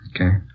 Okay